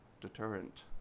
deterrent